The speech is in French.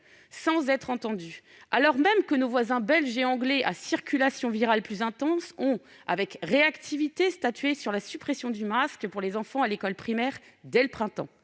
sans être entendues, alors même que nos voisins belges et anglais, à circulation virale plus intense, ont statué- avec réactivité -sur la suppression du masque pour les enfants à l'école primaire dès le printemps.